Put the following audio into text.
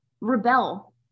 Rebel